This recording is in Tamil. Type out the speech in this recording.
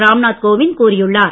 ராம்நாத் கோவிந்த் கூறியுள்ளார்